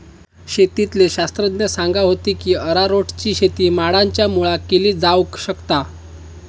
शेतीतले शास्त्रज्ञ सांगा होते की अरारोटची शेती माडांच्या मुळाक केली जावक शकता